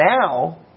now